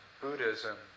Buddhism